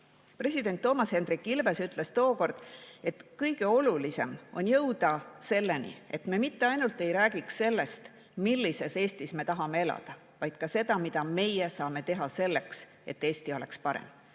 President Toomas Hendrik Ilves ütles tookord, et kõige olulisem on jõuda selleni, et me mitte ei räägiks ainult sellest, millises Eestis me tahame elada, vaid ka sellest, mida meie saame teha selleks, et Eesti oleks parem.